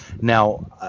Now